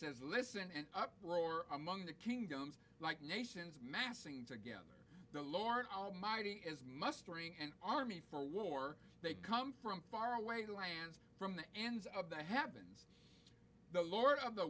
says listen and uproar among the kingdoms like nations massing together the lord almighty is mustering an army for war they come from far away lands from the ends of the happens the lord of the